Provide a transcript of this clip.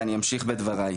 ואני אמשיך בדבריי.